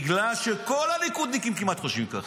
בגלל שכמעט כל הליכודניקים חושבים ככה,